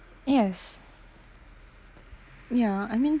yes ya I mean